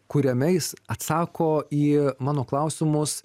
kuriame jis atsako į mano klausimus